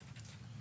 הבא.